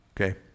okay